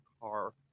car